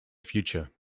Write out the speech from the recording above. future